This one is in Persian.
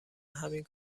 همین